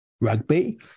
rugby